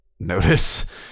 notice